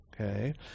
okay